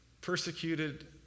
Persecuted